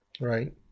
Right